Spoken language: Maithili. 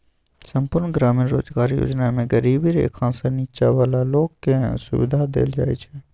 संपुर्ण ग्रामीण रोजगार योजना मे गरीबी रेखासँ नीच्चॉ बला लोक केँ सुबिधा देल जाइ छै